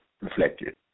reflected